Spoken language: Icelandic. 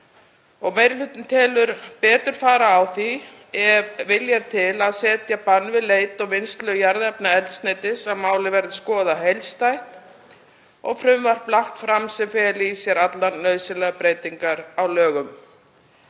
Meiri hlutinn telur betur fara á því, ef vilji er til að setja bann við leit og vinnslu jarðefnaeldsneytis, að málið verði skoðað heildstætt og frumvarp lagt fram sem feli í sér allar nauðsynlegar breytingar á lögum.